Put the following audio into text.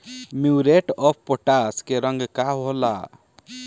Muriate of potash के रंग का होला?